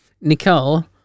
Nicole